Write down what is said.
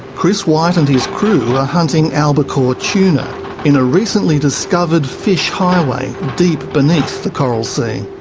chris white and his crew are hunting albacore tuna in a recently discovered fish highway deep beneath the coral sea.